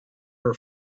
her